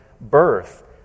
birth